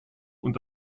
und